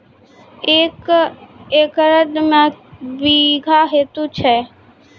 एक एकरऽ मे के बीघा हेतु छै?